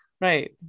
Right